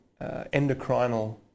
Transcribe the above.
endocrinal